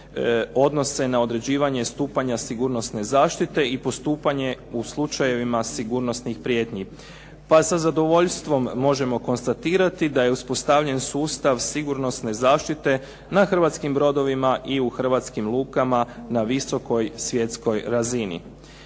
odnose na određivanje stupanja sigurnosne zaštite i postupanje u slučajevima sigurnosnih prijetnji. Pa sa zadovoljstvom možemo konstatirati da je uspostavljen sustav sigurnosne zaštite na hrvatskim brodovima i u hrvatskim lukama na visokoj svjetskoj razini.